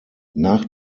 nach